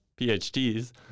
PhDs